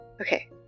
Okay